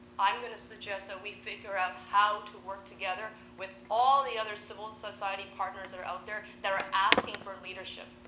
i'm going to suggest that we figure out how to work together with all the other civil society partners that are out there that are asking for leadership.